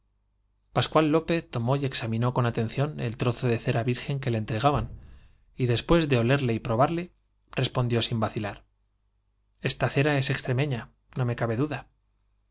pascual lópez tomó y examinó con atención el trozo de de olerle cera virgen que le entregaban y después y probarle respondió sin vacilar esta cera es extremeña no me cabe duda